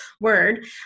word